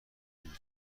این